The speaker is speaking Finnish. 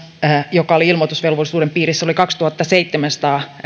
joka oli ilmoitusvelvollisuuden piirissä oli kaksituhattaseitsemänsataa